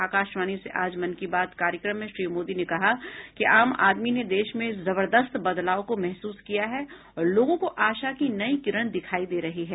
आकाशावाणी से आज मन की बात कार्यक्रम में श्री मोदी ने कहा कि आम आदमी ने देश में जबरदस्त बदलाव को महसूस किया है और लोगों को आशा की नई किरण दिखाई दे रही हैं